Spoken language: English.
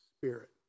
spirit